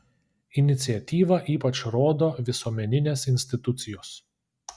iniciatyvą ypač rodo visuomeninės institucijos